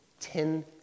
ten